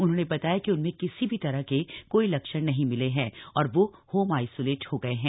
उन्होंने बताया कि उनमें किसी तरह के कोई लक्षण नहीं मिले हैं और वो होम आइसोलेट हो गए हैं